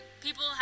people